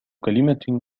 كلمة